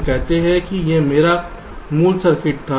हम कहते हैं कि यह मेरा मूल सर्किट था